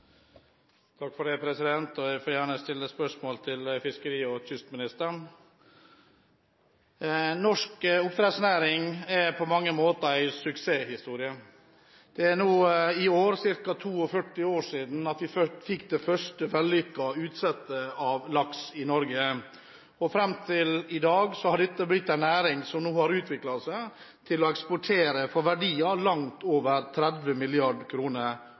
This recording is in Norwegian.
Jeg vil gjerne stille et spørsmål til fiskeri- og kystministeren. Norsk oppdrettsnæring er på mange måter en suksesshistorie. Det er i år ca. 42 år siden vi fikk den første vellykkede utsettingen av laks i Norge. Fram til i dag har dette blitt en næring som har utviklet seg til å eksportere for verdier langt over 30